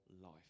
life